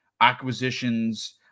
acquisitions